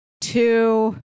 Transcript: two